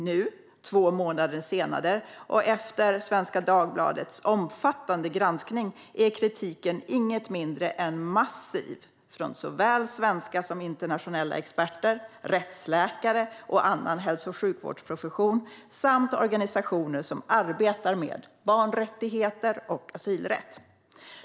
Nu, två månader senare och efter Svenska Dagbladets omfattande granskning, är kritiken inget mindre än massiv från såväl svenska som internationella experter, från rättsläkare och annan hälso och sjukvårdsprofession samt från organisationer som arbetar med barnrättigheter och asylrätt.